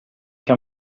che